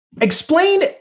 explain